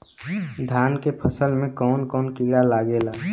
धान के फसल मे कवन कवन कीड़ा लागेला?